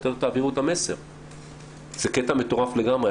זה קטע מטורף לגמרי.